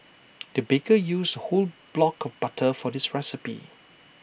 the baker used A whole block of butter for this recipe